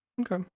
Okay